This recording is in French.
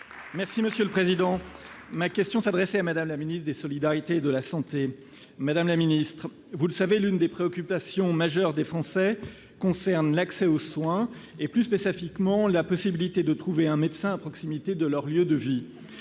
Les Républicains. Ma question s'adressait à Mme la ministre des solidarités et de la santé. Madame la ministre, vous le savez, l'une des préoccupations majeures des Français concerne l'accès aux soins, et plus spécifiquement la possibilité de trouver un médecin à proximité de leur lieu de vie.